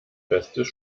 festes